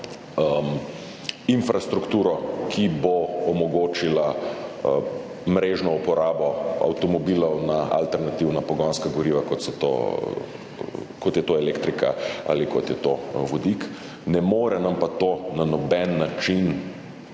infrastrukturo, ki bo omogočila mrežno uporabo avtomobilov na alternativna pogonska goriva, kot je to elektrika ali kot je to vodik. Ne more nam pa to na noben način